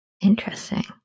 Interesting